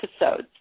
episodes